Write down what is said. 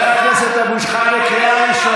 שניכם עכשיו, על מה השיחה ביניכם?